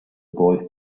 boy